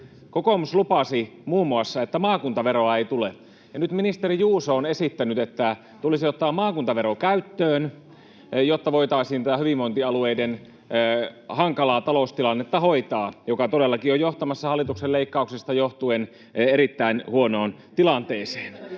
Kokoomus lupasi muun muassa, että maakuntaveroa ei tule, ja nyt ministeri Juuso on esittänyt, että tulisi ottaa maakuntavero käyttöön, jotta voitaisiin hoitaa tätä hyvinvointialueiden hankalaa taloustilannetta, joka todellakin on johtamassa hallituksen leikkauksista johtuen erittäin huonoon tilanteeseen.